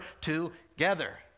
together